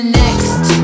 next